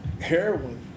heroin